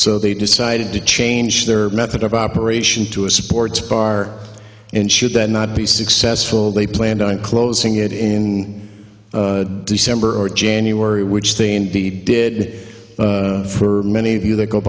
so they decided to change their method of operation to a sports bar and should that not be successful they planned on closing it in december or january which they indeed did for many of you that go